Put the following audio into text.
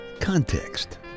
context